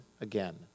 again